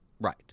Right